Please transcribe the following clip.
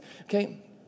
okay